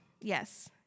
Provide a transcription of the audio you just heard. yes